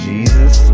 Jesus